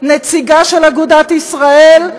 נציגה של אגודת ישראל,